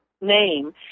name